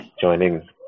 joining